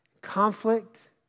conflict